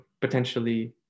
potentially